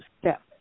step